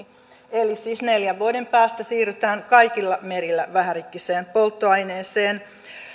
eli siis neljän vuoden päästä siirrytään kaikilla merillä vähärikkiseen polttoaineeseen